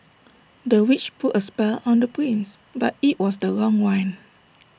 the witch put A spell on the prince but IT was the wrong one